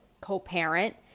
co-parent